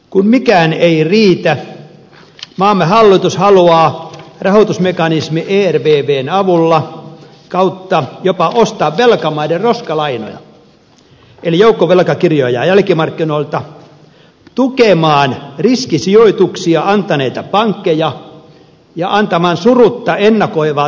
kun mikään ei riitä maamme hallitus haluaa rahoitusmekanismi ervvn avulla tai kautta jopa ostaa velkamaiden roskalainoja eli joukkovelkakirjoja jälkimarkkinoilta tukemaan riskisijoituksia antaneita pankkeja ja antamaan surutta ennakoivaa tukea velkamaille